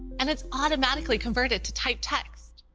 and it's automatically converted to typed text.